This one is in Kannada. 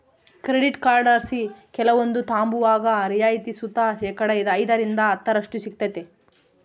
ಕ್ರೆಡಿಟ್ ಕಾರ್ಡ್ಲಾಸಿ ಕೆಲವೊಂದು ತಾಂಬುವಾಗ ರಿಯಾಯಿತಿ ಸುತ ಶೇಕಡಾ ಐದರಿಂದ ಹತ್ತರಷ್ಟು ಸಿಗ್ತತೆ